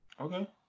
Okay